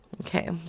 Okay